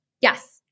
Yes